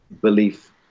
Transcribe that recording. belief